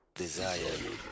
desire